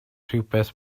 rhywbeth